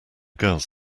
girls